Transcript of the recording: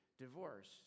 divorce